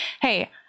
Hey